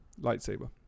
Lightsaber